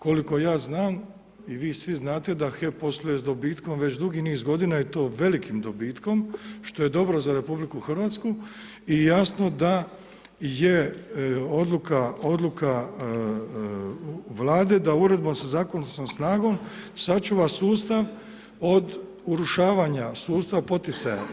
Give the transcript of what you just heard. Koliko ja znam i vi svi znate da HEP posluje sa dobitkom već dugi niz godina i to velikim dobitkom što je dobro za RH i jasno da je odluka Vlade da uredbom sa zakonskom snagom sačuva sustav od urušavanja sustava poticaja.